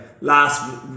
last